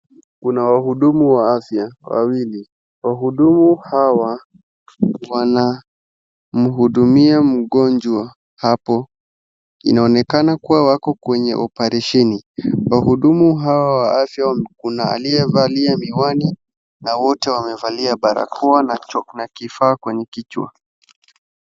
Kuna wahudumu wa afya wawili. Wahudumu hawa wanamhudumia mgonjwa hapo. Inaonekana kuwa wako kwenye operesheni. Wahudumu hawa wa afya, kuna aliyevalia miwani na wote wamevalia barakoa na kuna kifaa kwenye kichwa.